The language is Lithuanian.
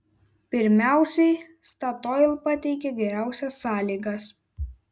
pirmiausiai statoil pateikė geriausias sąlygas